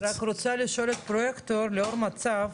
אני רק רוצה לשאול את הפרויקטור לאור המצב,